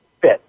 fit